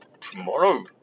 tomorrow